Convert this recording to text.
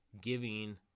giving